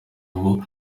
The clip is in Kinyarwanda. ubu